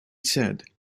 said